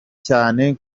cyane